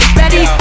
ready